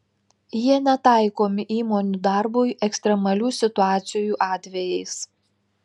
jie netaikomi įmonių darbui ekstremalių situacijų atvejais